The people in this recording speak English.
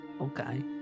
okay